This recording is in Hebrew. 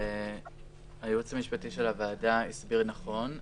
הייעוץ המשפטי של הוועדה הסביר נכון.